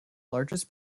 largest